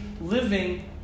living